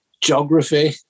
geography